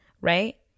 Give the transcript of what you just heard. right